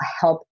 help